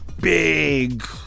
big